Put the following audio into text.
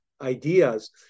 ideas